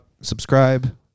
Subscribe